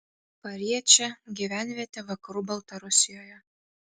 pariečė gyvenvietė vakarų baltarusijoje